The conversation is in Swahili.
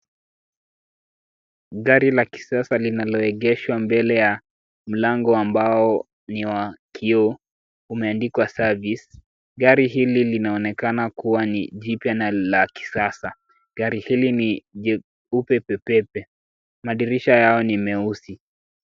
Gari la kisasa linaloegeshwa mbele ya mlango ambao ni wa kioo umeandikwa service . Gari hili linaonekana kuwa ni jipya na la kisasa. Gari hili ni jeupe pepepe. Madirisha yao ni meusi.